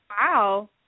Wow